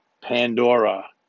Pandora